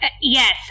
Yes